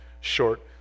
short